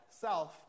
self